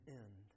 end